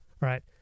right